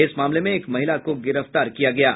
इस मामले में एक महिला को गिरफ्तार किया गया है